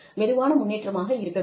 மெதுவான முன்னேற்றமாக இருக்க வேண்டும்